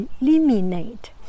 eliminate